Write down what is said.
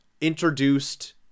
introduced